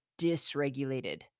dysregulated